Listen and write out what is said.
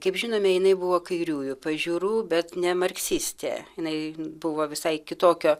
kaip žinome jinai buvo kairiųjų pažiūrų bet ne marksistė jinai buvo visai kitokio